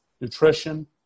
nutrition